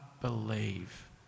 believe